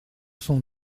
sont